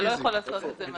לעשות את זה.